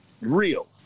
real